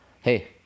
hey